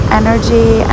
energy